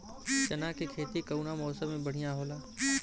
चना के खेती कउना मौसम मे बढ़ियां होला?